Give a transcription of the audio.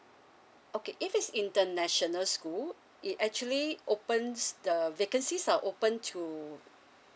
okay if it's international school it actually opens the vacancy are open to